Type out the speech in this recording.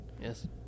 Yes